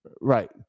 Right